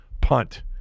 punt